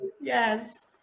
Yes